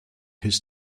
his